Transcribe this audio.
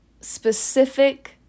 specific